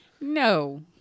No